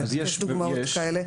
ויש דוגמאות כאלה,